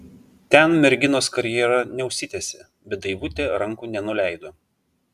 ten merginos karjera neužsitęsė bet daivutė rankų nenuleido